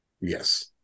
Yes